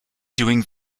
doing